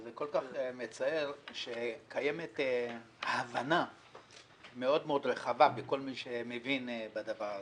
זה כל כך מצער שקיימת הבנה מאוד רחבה בכל מי שמבין בדבר הזה,